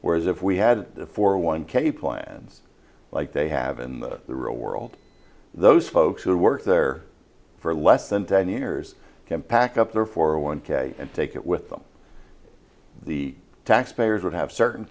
whereas if we had a four hundred one k plans like they have in the real world those folks who work there for less than ten years can pack up their four one k and take it with them the taxpayers would have certain